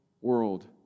world